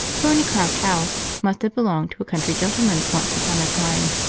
thornycroft house must have belonged to a country gentleman once upon a time,